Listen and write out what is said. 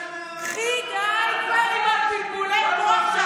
הקרן החדשה, די כבר עם בלבולי המוח.